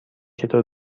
چطور